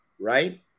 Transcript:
right